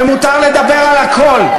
ומותר לדבר על הכול.